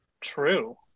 True